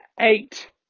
eight